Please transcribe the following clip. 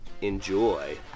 enjoy